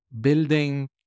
building